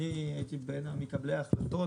אני הייתי בין מקבלי ההחלטות.